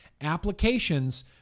Applications